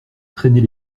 traîner